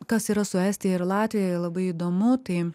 kas yra su estija ir latvija labai įdomu tai